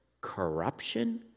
corruption